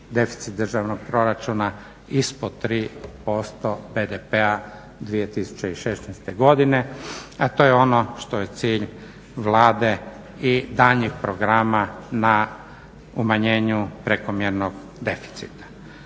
deficit državnog proračuna ispod 3% BDP-a 2016. godine, a to je ono što je cilj Vlade i daljnjih programa na umanjenu prekomjernog deficita.